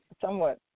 somewhat